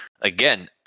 again